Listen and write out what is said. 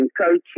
coaching